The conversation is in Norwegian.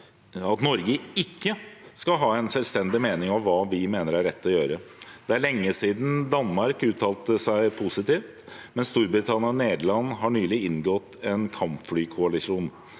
at Norge ikke skal ha en selvstendig mening om hva som er rett å gjøre. Det er lenge siden Danmark uttalte seg positivt, Storbritannia og Nederland har nylig inngått en kampflykoalisjon,